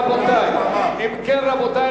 רבותי,